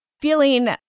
feeling